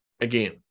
again